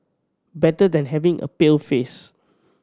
better than having a pale face